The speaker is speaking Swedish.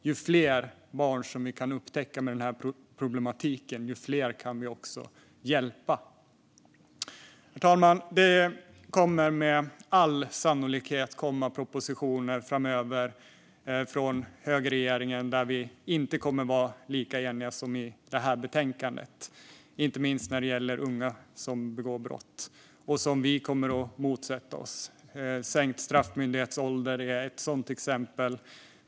Ju fler barn med den här problematiken som vi kan upptäcka, desto fler kan vi också hjälpa. Herr talman! Vi kommer inte alltid att vara lika eniga som i det här betänkandet. Högerregeringen kommer med all sannolikhet framöver att lägga fram propositioner som vi kommer att motsätta oss, inte minst när det gäller unga som begår brott. Sänkt straffmyndighetsålder är ett sådant exempel.